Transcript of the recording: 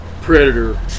Predator